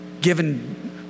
given